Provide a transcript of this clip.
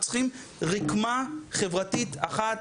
אנחנו צריכים רקמה חברתית אחת,